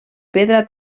pedra